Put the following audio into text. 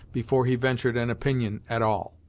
before he ventured an opinion, at all